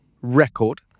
record